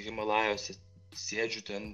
himalajuose sėdžiu ten